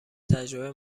تجربه